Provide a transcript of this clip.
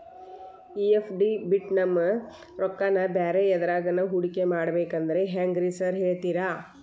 ಈ ಎಫ್.ಡಿ ಬಿಟ್ ನಮ್ ರೊಕ್ಕನಾ ಬ್ಯಾರೆ ಎದ್ರಾಗಾನ ಹೂಡಿಕೆ ಮಾಡಬೇಕಂದ್ರೆ ಹೆಂಗ್ರಿ ಸಾರ್ ಹೇಳ್ತೇರಾ?